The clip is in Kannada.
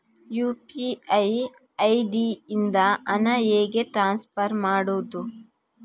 ಯು.ಪಿ.ಐ ಐ.ಡಿ ಇಂದ ಹಣ ಹೇಗೆ ಟ್ರಾನ್ಸ್ಫರ್ ಮಾಡುದು?